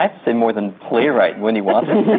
um say more than playwright wendy wasserstein.